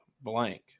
Blank